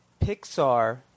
Pixar